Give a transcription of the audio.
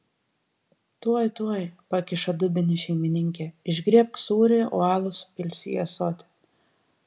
tuoj tuoj pakiša dubenį šeimininkė išgriebk sūrį o alų supilsi į ąsotį